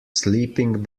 sleeping